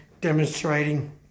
demonstrating